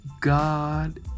God